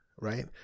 Right